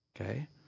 Okay